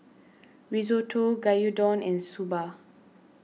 Risotto Gyudon and Soba